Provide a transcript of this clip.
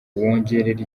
wongerera